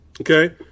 Okay